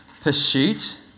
pursuit